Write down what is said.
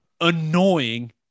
annoying